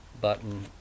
button